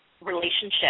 relationship